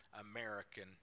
American